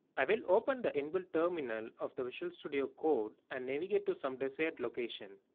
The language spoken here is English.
i will open the inbuilt terminal of the visual studio code and navigate to some desired location.